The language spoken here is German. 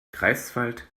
greifswald